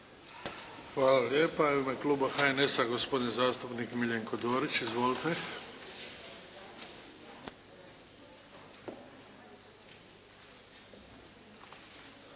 Hvala lijepa. U ime kluba HNS-a, gospodin zastupnik Miljenko Dorić. Izvolite.